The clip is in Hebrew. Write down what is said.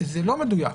זה לא מדויק.